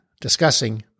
discussing